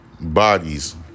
bodies